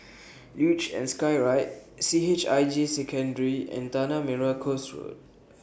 Luge and Skyride C H I J Secondary and Tanah Merah Coast Road